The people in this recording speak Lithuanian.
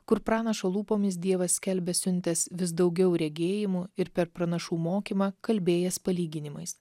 kur pranašo lūpomis dievas skelbia siuntęs vis daugiau regėjimų ir per pranašų mokymą kalbėjęs palyginimais